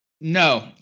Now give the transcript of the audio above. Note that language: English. No